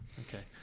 okay